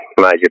major